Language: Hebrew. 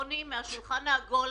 תרשום לך את השאלה הזאת.